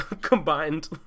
combined